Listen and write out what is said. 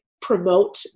promote